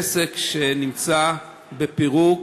עסק שנמצא בפירוק,